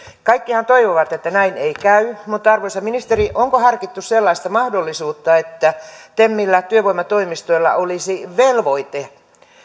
kaikkihan toivovat että näin ei käy mutta arvoisa ministeri onko harkittu sellaista mahdollisuutta että temillä työvoimatoimistoilla olisi velvoite